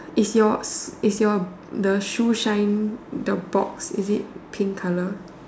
it's yours it's your the shoe shine the box is it pink colour